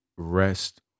Rest